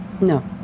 No